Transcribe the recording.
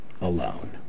alone